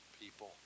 people